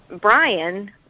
Brian